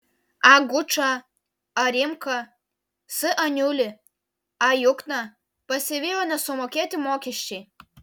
a gučą a rimką s aniulį a jukną pasivijo nesumokėti mokesčiai